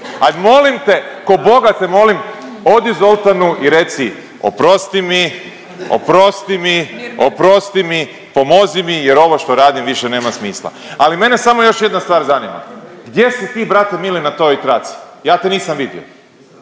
Hajde molim te, ko' boga te molim odi Zoltanu i reci mu oprosti mi, oprosti mi, oprosti mi, pomozi mi, jer ovo što radim više nema smisla. Ali mene samo još jedna stvar zanima. Gdje si ti brate mili na toj traci? Ja te nisam vidio.